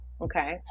okay